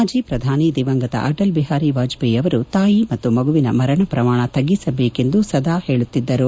ಮಾಜಿ ಪ್ರಧಾನಿ ದಿವಂಗತ ಅಟಲ್ ಬಿಹಾರಿ ವಾಜಪೇಯಿ ಅವರು ತಾಯಿ ಮತ್ತು ಮಗುವಿನ ಮರಣ ಪ್ರಮಾಣ ತಗ್ಗಿಸಬೇಕು ಎಂದು ಸದಾ ಹೇಳುತ್ತಿದ್ದರು